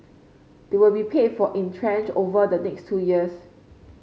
they will be paid for in tranches over the next two years